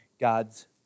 God's